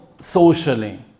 socially